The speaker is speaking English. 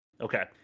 Okay